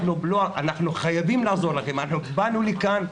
אנחנו חייבים לעזור לכם, אנחנו באנו לכאן,